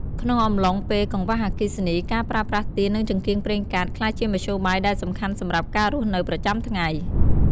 ក្នុងអំឡុងពេលកង្វះអគ្គិសនី ការប្រើប្រាស់ទៀន និងចង្កៀងប្រេងកាតក្លាយជាមធ្យោបាយដែលសំខាន់សម្រាប់ការរស់នៅប្រចាំថ្ងៃ។